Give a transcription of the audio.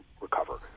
recover